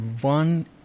one